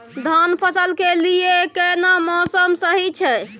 धान फसल के लिये केना मौसम सही छै?